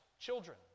children